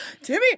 Timmy